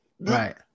Right